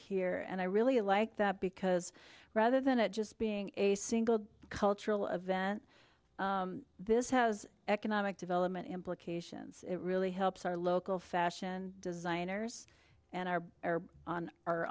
here and i really like that because rather than it just being a single cultural event this has economic development implications it really helps our local fashion designers and our our